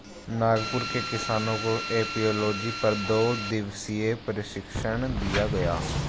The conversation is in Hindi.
नागपुर के किसानों को एपियोलॉजी पर दो दिवसीय प्रशिक्षण दिया गया